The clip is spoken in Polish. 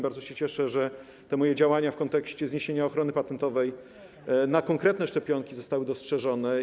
Bardzo się cieszę, że moje działania w kontekście zniesienia ochrony patentowej dla konkretnych szczepionek zostały dostrzeżone.